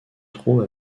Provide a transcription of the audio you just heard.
trouve